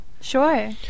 Sure